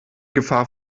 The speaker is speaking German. gefahr